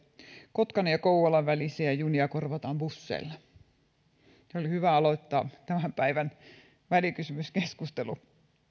kotkan ja kouvolan välisiä junia korvataan busseilla hyvä aloittaa tämän päivän välikysymyskeskustelu